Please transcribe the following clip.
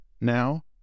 Now